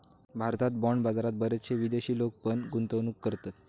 भारतात बाँड बाजारात बरेचशे विदेशी लोक पण गुंतवणूक करतत